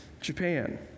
Japan